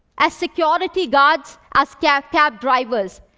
as security guards, as cab cab drivers.